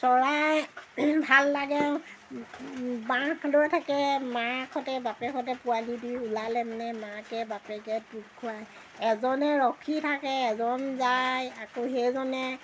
চৰাই ভাল লাগে বাঁহলৈ থাকে মাকহঁতে বাপেকহঁতে পোৱালি দি ওলালে মানে মাকে বাপেকে টোপ খুৱায় এজনে ৰখি থাকে এজন যায় আকৌ সেইজনে